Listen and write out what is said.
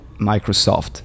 Microsoft